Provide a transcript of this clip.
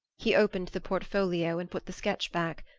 he opened the portfolio and put the sketch back,